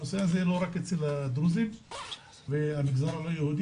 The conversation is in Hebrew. הנושא הזה הוא לא רק אצל הדרוזים והמגזר הלא-יהודי,